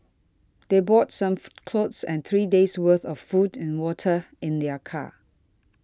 they brought some clothes and three days' worth of food and water in their car